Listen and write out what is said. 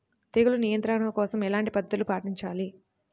తెగులు నియంత్రణ కోసం ఎలాంటి పద్ధతులు పాటించాలి?